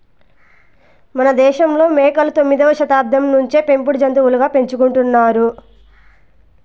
మనదేశంలో మేకలు తొమ్మిదవ శతాబ్దం నుంచే పెంపుడు జంతులుగా పెంచుకుంటున్నారు